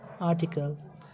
article